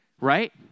right